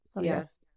Yes